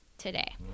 today